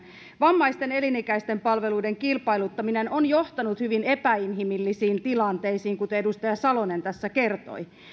vammaisten elinikäisten palveluiden kilpailuttaminen on johtanut hyvin epäinhimillisiin tilanteisiin kuten edustaja salonen tässä kertoi